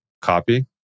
copy